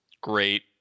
great